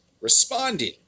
responded